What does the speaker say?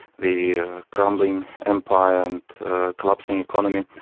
the crumbling empire and collapsing economy.